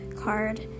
card